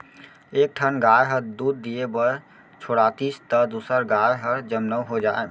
एक ठन गाय ह दूद दिये बर छोड़ातिस त दूसर गाय हर जनमउ हो जाए